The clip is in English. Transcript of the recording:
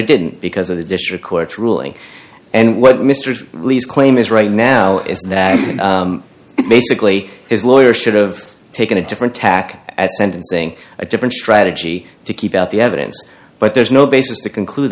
it didn't because of the district court ruling and what mr lee's claim is right now is that basically his lawyer should've taken a different tack at sentencing a different strategy to keep out the evidence but there's no basis to conclude